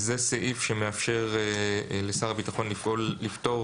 זה סעיף שמאפשר לשר הביטחון לפטור